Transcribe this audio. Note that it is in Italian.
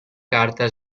carta